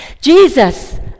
Jesus